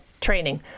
training